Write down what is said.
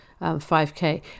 5k